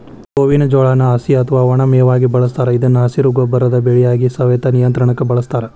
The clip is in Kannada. ಗೋವಿನ ಜೋಳಾನ ಹಸಿ ಅತ್ವಾ ಒಣ ಮೇವಾಗಿ ಬಳಸ್ತಾರ ಇದನ್ನು ಹಸಿರು ಗೊಬ್ಬರದ ಬೆಳೆಯಾಗಿ, ಸವೆತ ನಿಯಂತ್ರಣಕ್ಕ ಬಳಸ್ತಾರ